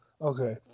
okay